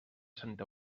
santa